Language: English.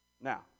Now